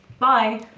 bye!